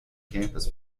campus